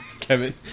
Kevin